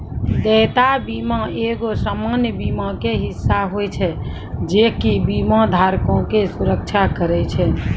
देयता बीमा एगो सामान्य बीमा के हिस्सा होय छै जे कि बीमा धारको के सुरक्षा करै छै